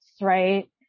right